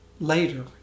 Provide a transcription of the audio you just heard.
later